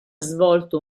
svolto